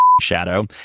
shadow